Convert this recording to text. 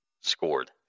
Scored